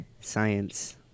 Science